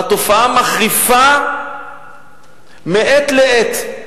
והתופעה מחריפה מעת לעת,